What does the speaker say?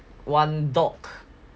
one dog